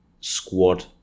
squad